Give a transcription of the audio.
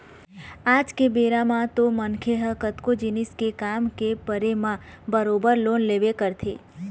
आज के बेरा म तो मनखे ह कतको जिनिस के काम के परे म बरोबर लोन लेबे करथे